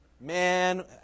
Man